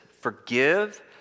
Forgive